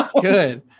Good